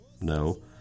No